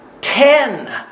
ten